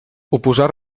oposar